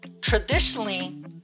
traditionally